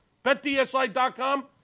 BetDSI.com